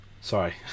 sorry